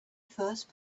first